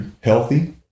healthy